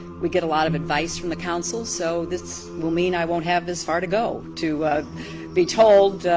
we get a lotta advice from the council so this. will mean i won't have this far to go to be told.